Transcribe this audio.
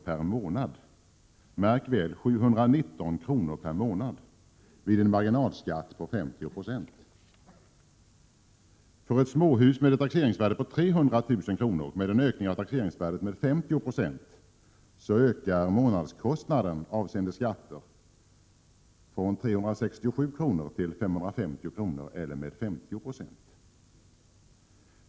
per månad vid en marginalskatt på 50 96. För ett småhus med ett taxeringsvärde på 300 000 kr., och med en ökning av taxeringsvärdet med 50 96, ökar månadskostnaden avseende skatter från 367 kr. till 550 kr., eller med 50 96.